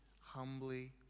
humbly